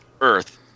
Earth